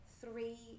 three